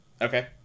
Okay